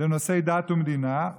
לנושאי דת ומדינה,